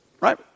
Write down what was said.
Right